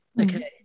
Okay